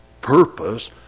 purpose